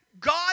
God